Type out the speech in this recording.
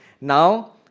now